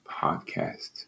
podcast